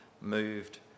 moved